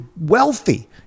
wealthy